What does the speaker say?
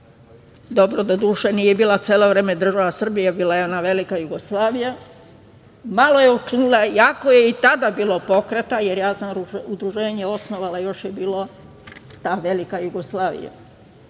dobro doduše nije bila celo vreme država Srbija, bila je ona velika Jugoslavija, malo je učinila iako je i tada bilo pokreta, jer sam udruženje osnovala još je bila ta velika Jugoslavija